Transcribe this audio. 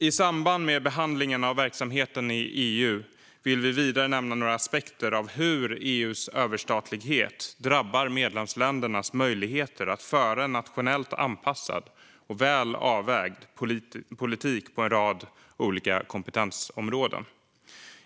I samband med behandlingen av verksamheten i EU vill vi vidare nämna några aspekter av hur EU:s överstatlighet drabbar medlemsländernas möjligheter att föra en nationellt anpassad och väl avvägd politik på en rad olika kompetensområden.